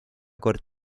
kord